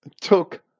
took